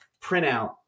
printout